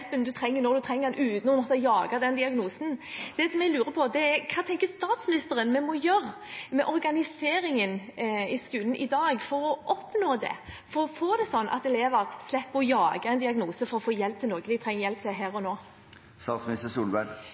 du trenger når du trenger den, uten å måtte jage den diagnosen. Det som jeg lurer på, er: Hva tenker statsministeren vi må gjøre med organiseringen i skolen i dag for å oppnå dette, for å få det sånn at elever slipper å jage en diagnose for å få hjelp til noe de trenger hjelp til her og